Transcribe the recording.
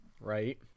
right